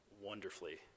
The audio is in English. wonderfully